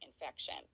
infection